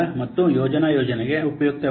ಮತ್ತು ಯೋಜನಾ ಯೋಜನೆಗೆ ಉಪಯುಕ್ತವಲ್ಲ